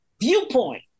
viewpoint